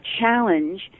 challenge